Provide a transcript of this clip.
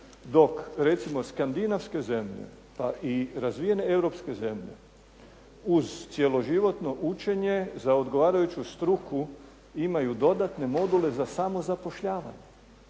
dok recimo skandinavske zemlje pa i razvijene europske zemlje uz cjeloživotno učenje za odgovarajuću struku imaju dodatne module za samozapošljavanje.